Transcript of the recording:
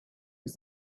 was